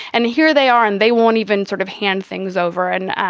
and here they are. and they won't even sort of hand things over. and,